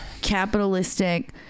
capitalistic